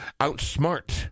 outsmart